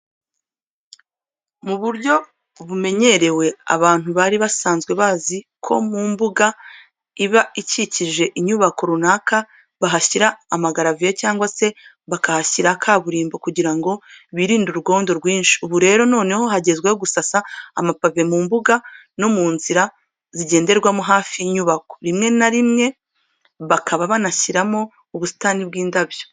Mu buryo bumenyerewe abantu bari basanzwe bazi ko mu mbuga iba ikikije inyubako runaka, bahashyira amagaraviye cyangwa se bakahashyira kaburimbo kugira ngo birinde urwondo rwinshi. Ubu rero noneho hagezweho gusasa amapave mu mbuga no mu nzira zigenderwamo hafi y'inyubako, rimwe na rimwe bakaba banashyiramo ubusitani bw'indabo.